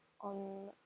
on